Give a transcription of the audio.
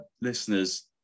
listeners